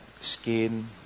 skin